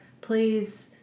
please